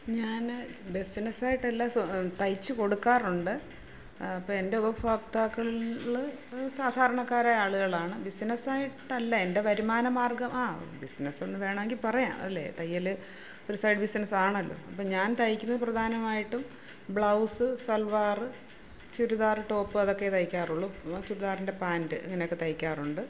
ഞാൻ ബിസിനസ്സ് ആയിട്ടല്ല തയ്ച്ച് കൊടുക്കാറുണ്ട് അപ്പോൾ എൻ്റെ ഉപഭോക്താക്കളിൽ സാധാരണക്കാരായ ആളുകളാണ് ബിസിനസ്സ് ആയിട്ടല്ല എൻ്റെ വരുമാനമാർഗ്ഗം ആ ബിസിനസ്സ് എന്ന് വേണമെങ്കിൽ പറയാം അല്ലെങ്കിൽ തയ്യൽ ഒരു സൈഡ് ബിസിനസ്സ് ആണല്ലോ അപ്പോൾ ഞാൻ തയ്ക്കുന്നത് പ്രധാനമായിട്ടും ബ്ലൗസ് സൽവാറ് ചുരിദാറ് ടോപ്പ് അതൊക്കെയേ തയ്ക്കാറുളളൂ ചുദാറിൻ്റെ പാൻറ്റ് അങ്ങനെയൊക്കെ തയ്ക്കാറുണ്ട്